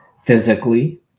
physically